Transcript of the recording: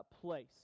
place